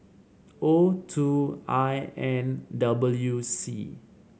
O two I N W C